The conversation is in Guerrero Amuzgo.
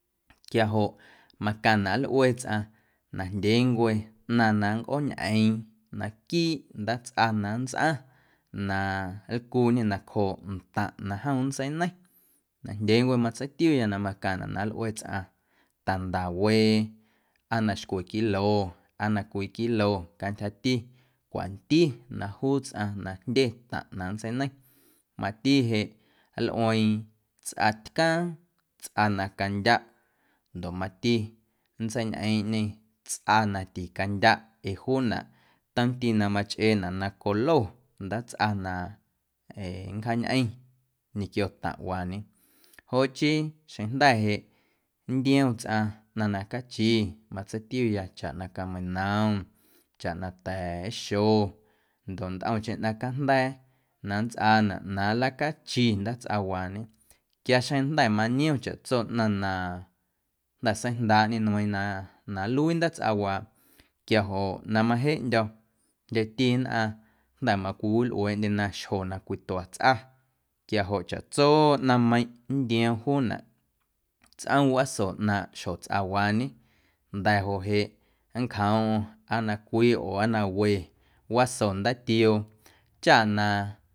Quiajoꞌ macaⁿnaꞌ nlꞌue tsꞌaⁿ najndyeencwe ꞌnaⁿ na nncꞌooñꞌeeⁿ naquiiꞌ ndaatsꞌa na nntsꞌaⁿ na nlcuuñe nacjooꞌ ntaⁿꞌ na jom nntseineiⁿ najndyeencwe matseitiuya na macaⁿnaꞌ na nlꞌue tsꞌaⁿ ta̱ndawee aa na xcwe kilo aa na cwii kilo cantyjati cwanti na juu tsꞌaⁿ na jndye taⁿꞌ na nntseineiⁿ mati jeꞌ nlꞌueeⁿ tsꞌatcaaⁿ tsꞌa na candyaꞌ ndoꞌ mati nntseiñꞌeeⁿꞌñe tsꞌa na ticandyaꞌ ee juunaꞌ tomti na machꞌeenaꞌ na colo nadaatsꞌa na ee nncjaañꞌeⁿ ñequio taⁿꞌwaañe joꞌ chii xeⁿjnda̱ jeꞌ nntiom tsꞌaⁿ ꞌnaⁿ na cachi matseitiuya chaꞌ na cameinom chaꞌ na ta̱a̱xo ndoꞌ ntꞌomcheⁿ ꞌnaⁿ cajnda̱a̱ na nntsꞌaana na nlacachi ndaatsꞌawaañe quia xjeⁿjnda̱ maniom chaꞌtso ꞌnaⁿ na seijndaaꞌñe nmeiiⁿ na nluii ndaatsꞌawaa quiajoꞌ na majeꞌndyo̱ jndyeti nnꞌaⁿ jnda̱ macwiwilꞌueeꞌndyena xjo na cwitua tsꞌa quiajoꞌ chaꞌtso naⁿꞌmeiⁿꞌ nntioom juunaꞌ tsꞌom wꞌaaso ꞌnaaⁿꞌ xjotsꞌawaañe nda̱joꞌ jeꞌ nncjomꞌm aa na cwii oo aa na we waso ndaatioo chaꞌ na.